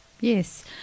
Yes